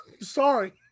sorry